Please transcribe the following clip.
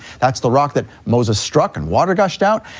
that's the rock that moses struck and water gushed out,